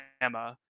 emma